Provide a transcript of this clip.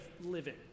living